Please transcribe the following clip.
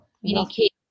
communicate